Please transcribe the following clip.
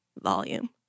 Volume